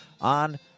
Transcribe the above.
on